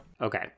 Okay